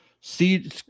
See